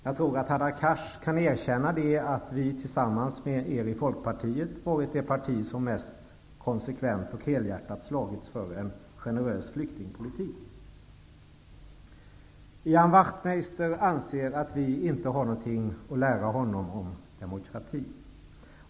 Jag tror att Hadar Cars kan erkänna att Vänsterpartiet tillsammans med Folkpartiet har varit det parti som mest konsekvent och helhjärtat slagits för en generös flyktingpolitik. Ian Wachtmeister anser att vi inte har något att lära honom om demokrati.